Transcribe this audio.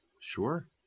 Sure